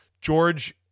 George